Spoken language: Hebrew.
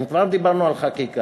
אם כבר דיברנו על חקיקה,